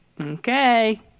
Okay